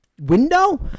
window